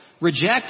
reject